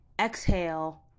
exhale